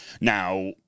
Now